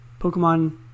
Pokemon